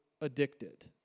addicted